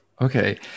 Okay